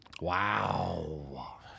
Wow